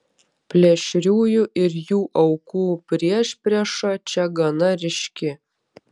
plėšriųjų ir jų aukų priešprieša čia gana ryški